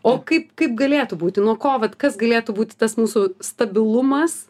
o kaip kaip galėtų būti nuo ko vat kas galėtų būti tas mūsų stabilumas